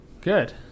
Good